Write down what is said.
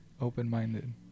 open-minded